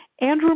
Andrew